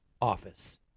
office